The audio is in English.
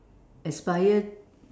aspire